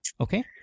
okay